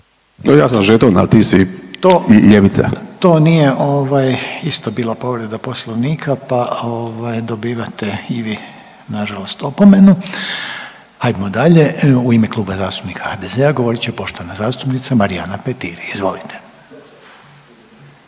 ovaj isto bila povreda poslovnika, pa ovaj dobivate i vi nažalost opomenu. Hajdmo dalje, u ime Kluba zastupnika HDZ-a govorit će poštovana zastupnica Marijana Petir, izvolite.